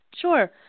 Sure